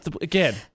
Again